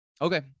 okay